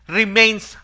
remains